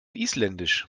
isländisch